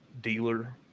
dealer